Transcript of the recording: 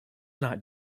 not